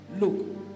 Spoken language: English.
Look